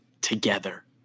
together